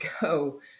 go